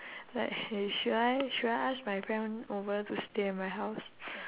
like you should I should I ask my friend over to stay at my house